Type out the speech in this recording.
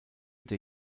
der